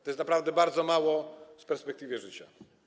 To jest naprawdę bardzo mało w perspektywie życia.